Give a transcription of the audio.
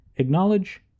Acknowledge